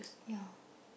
yeah